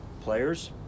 Players